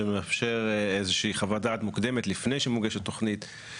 שמאפשר איזושהי חוות דעת מוקדמת לפני שמוגשת תוכנית.